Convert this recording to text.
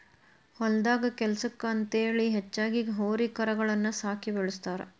ಹೊಲದಾಗ ಕೆಲ್ಸಕ್ಕ ಅಂತೇಳಿ ಹೆಚ್ಚಾಗಿ ಹೋರಿ ಕರಗಳನ್ನ ಸಾಕಿ ಬೆಳಸ್ತಾರ